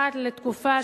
אחת לתקופה,